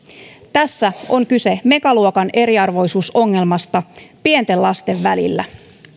tässä on kyse megaluokan eriarvoisuusongelmasta pienten lasten välillä